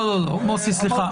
מוסי, סליחה.